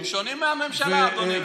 הם שונים מהממשלה, אדוני.